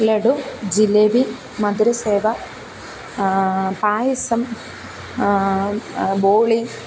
ലഡ്ഡു ജിലേബി മധുര സേവ പായസം ബോളി